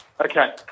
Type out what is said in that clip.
okay